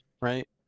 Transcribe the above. right